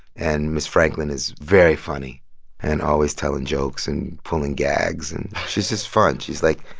and ms. franklin is very funny and always telling jokes and pulling gags. and she's just fun. she's, like,